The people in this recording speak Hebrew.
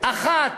האחת